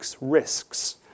risks